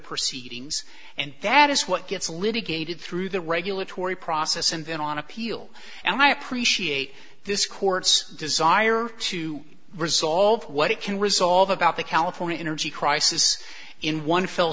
proceedings and that is what gets a little gated through the regulatory process and then on appeal and i appreciate this court's desire to resolve what it can resolve about the california energy crisis in one fell